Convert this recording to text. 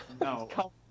No